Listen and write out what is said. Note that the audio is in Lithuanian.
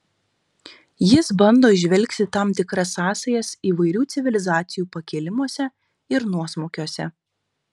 jis bando įžvelgti tam tikras sąsajas įvairių civilizacijų pakilimuose ir nuosmukiuose